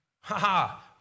Ha-ha